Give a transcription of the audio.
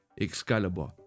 Excalibur